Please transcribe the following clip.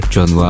John